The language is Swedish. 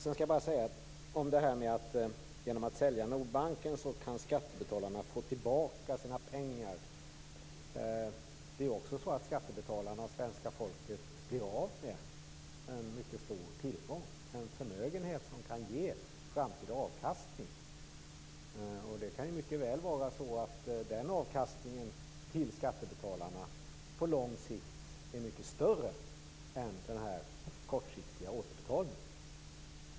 Jag skall bara kommentera detta med att skattebetalarna kan få tillbaka sina pengar genom att Nordbanken säljs. Det är också så att skattebetalarna och svenska folket blir av med en mycket stor tillgång, en förmögenhet, som kan ge framtida avkastning. Det kan mycket väl vara så att den avkastningen till skattebetalarna på lång sikt är mycket större än den här kortsiktiga återbetalningen.